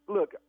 Look